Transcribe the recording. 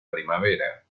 primavera